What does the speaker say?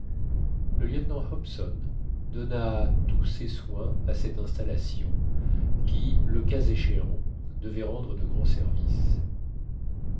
le lieutenant hobson donna tous ses soins à cette installation qui le cas échéant devait rendre de grands services